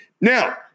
Now